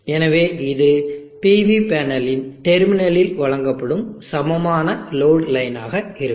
எனவே இது PV பேனலின் டெர்மினலில் வழங்கப்படும் சமமான லோடு லைனாக இருக்கும்